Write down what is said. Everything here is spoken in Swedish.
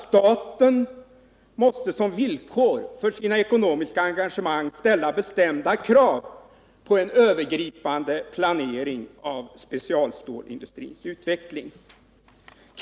Staten måste som villkor för sina ekonomiska engagemang ställa bestämda krav på en övergripande planering av specialstålindustrins utveckling.